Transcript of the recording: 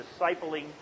discipling